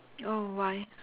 oh why